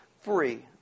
free